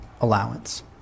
allowance